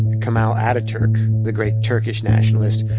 kemal ataturk, the great turkish nationalist,